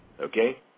okay